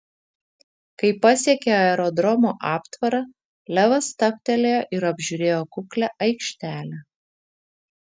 kai pasiekė aerodromo aptvarą levas stabtelėjo ir apžiūrėjo kuklią aikštelę